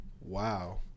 Wow